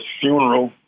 funeral